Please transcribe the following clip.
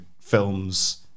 films